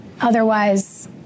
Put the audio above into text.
Otherwise